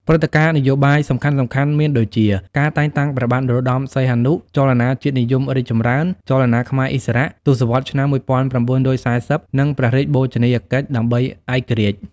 ព្រឹត្តិការណ៍នយោបាយសំខាន់ៗ មានដូចជា ការតែងតាំងព្រះបាទនរោត្ដម សីហនុ ចលនាជាតិនិយមរីកចម្រើន ចលនាខ្មែរឥស្សរៈ ទសវត្សរ៍ឆ្នាំ១៩៤០ និងព្រះរាជបូជនីយកិច្ចដើម្បីឯករាជ្យ ។